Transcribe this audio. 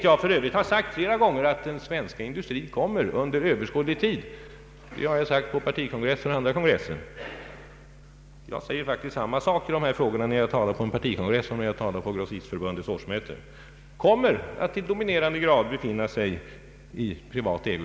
Jag har tidigare sagt på partikongressen och andra kongresser liksom på Grossistförbundets årsmöte, att den svenska industrin under överskådlig tid kommer att i dominerande grad befinna sig i privat ägo.